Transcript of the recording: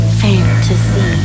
fantasy